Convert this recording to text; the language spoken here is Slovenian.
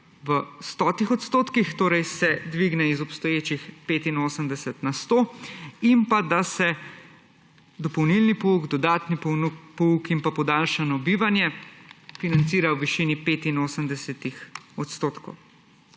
v stotih odstotkih, torej se dvigne iz obstoječih 85 na 100, in pa, da se dopolnilni pouk, dodatni pouk in podaljšano bivanje financirajo v višini 85 odstotkov.